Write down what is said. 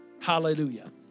Hallelujah